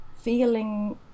feeling